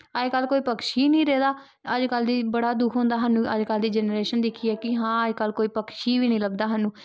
अजकल्ल कोई पक्षी निं रेह् दा अजकल्ल दी बड़ा दुक्ख होंदा सानू कि अजकल्ल दी जनरेशन दिक्खियै कि हां अजकल्ल कोई पक्षी बी निं लभदा स्हानू